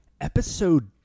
episode